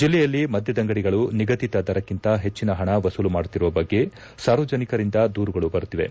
ಜಲ್ಲೆಯಲ್ಲಿ ಮದ್ದದಂಗಡಿಗಳು ನಿಗದಿತ ದರಕ್ಕಿಂತ ಹೆಚ್ಚಿನ ಹಣ ವಸೂಲು ಮಾಡುತ್ತಿರುವ ಬಗ್ಗೆ ಸಾರ್ವಜನಿಕರಿಂದ ದೂರುಗಳು ಬರುತ್ತಿವೆ